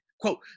quote